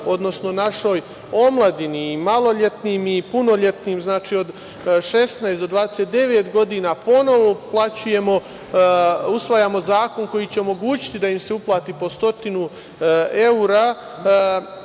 odnosno našoj omladini i maloletnim i punoletnim, znači od 16 do 29 godina, ponovo usvajamo zakon koji će omogućiti da im se uplati po 100 evra